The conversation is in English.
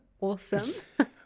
awesome